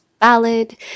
valid